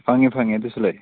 ꯐꯪꯏ ꯐꯪꯏ ꯑꯗꯨꯁꯨ ꯂꯩ